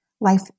Life